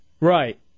Right